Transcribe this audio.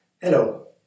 Hello